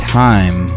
time